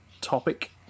topic